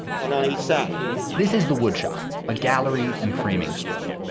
one on each side this is the wood shop, a gallery and framing store. but